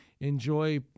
enjoy